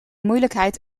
moeilijkheid